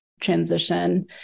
transition